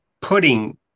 putting